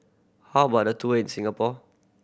how about the tour in Singapore